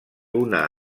una